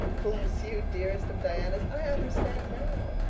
bless you, dearest of dianas, i understand now.